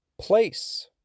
place